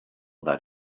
that